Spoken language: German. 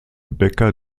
becker